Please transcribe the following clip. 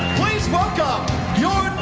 please welcome your